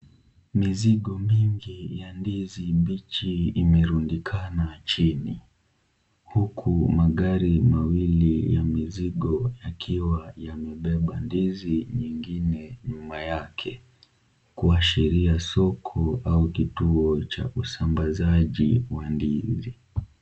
Mizigo mingi ya ndizi mbichi imerundikana chini huku magari mawili ya mizigo yakiwa yamebeba ndizi nyingine nyuma yake kuashiria soko au kituo cha usambazaji wa ndizi.